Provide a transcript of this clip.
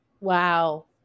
wow